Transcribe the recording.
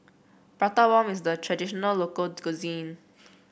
Prata Bomb is a traditional local cuisine